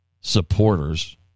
supporters